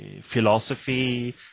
philosophy